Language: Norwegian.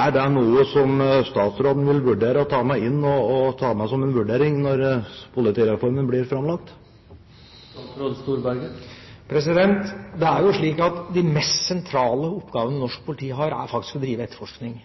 Og mitt spørsmål til statsråden er: Er det noe som statsråden vil vurdere når politireformen blir framlagt? Det er jo slik at de mest sentrale oppgavene norsk politi har, er faktisk å drive etterforskning.